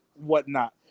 whatnot